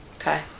Okay